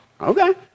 Okay